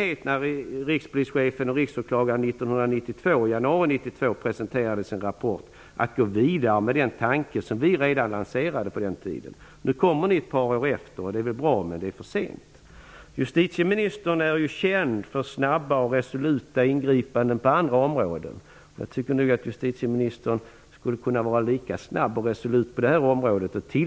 Redan när rikspolischefen och riksåklagaren i januari 1992 presenterade sin rapport fanns det möjlighet att gå vidare med den tanke som vi redan på den tiden lanserade. Nu kommer ni ett par år efter. Det är väl bra, men det är för sent. Justitieministern är ju känd för snabba och resoluta ingripanden på andra områden. Jag tycker att justitieministern skulle kunna vara lika snabb och resolut på det här området så att organisationen